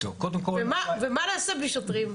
ומה נעשה בלי שוטרים?